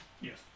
Yes